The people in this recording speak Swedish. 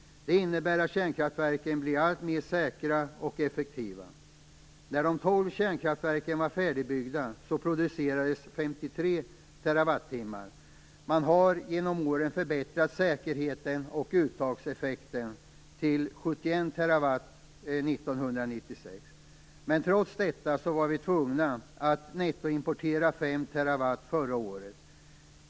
Det innebär att kärnkraftverken blir alltmer säkra och effektiva. När de tolv kärnkraftverken var färdigbyggda producerades 53 TWh. Man har genom åren förbättrat säkerheten och uttagseffekten till 71 TWh 1996. Trots detta var vi tvungna att netto importera 5 TWh förra året.